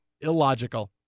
Illogical